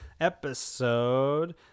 episode